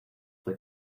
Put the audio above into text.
fue